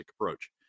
approach